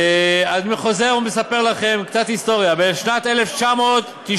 אני חוזר ומספר לכם קצת היסטוריה: בשנת 1998,